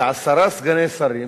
ועשרה סגני שרים,